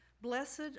Blessed